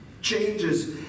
changes